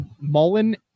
Mullen